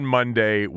Monday